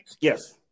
yes